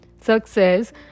success